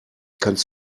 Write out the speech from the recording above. kannst